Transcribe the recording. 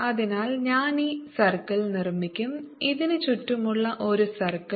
അതിനാൽ ഞാൻ ഈ സർക്കിൾ നിർമ്മിക്കും ഇതിന് ചുറ്റുമുള്ള ഒരു സർക്കിൾ